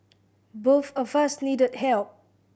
both of us needed help